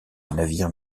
navire